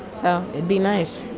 so it'd be nice,